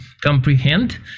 comprehend